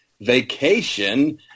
vacation